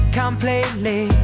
completely